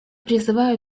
призываю